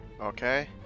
Okay